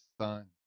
son